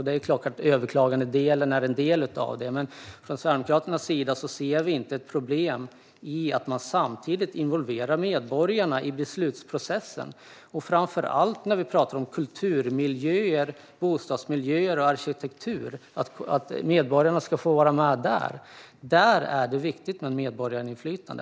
Det är klart att överklaganden är en del, men från Sverigedemokraternas sida ser vi inte ett problem i att man involverar medborgarna i beslutsprocessen. Det gäller framför allt när vi pratar om kulturmiljöer, bostadsmiljöer och arkitektur. Medborgarna ska få vara med där. Det är viktigt med medborgarinflytande.